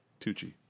Tucci